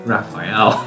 Raphael